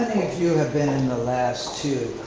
you have been in the last two